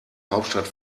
hauptstadt